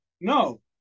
no